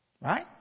Right